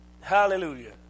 hallelujah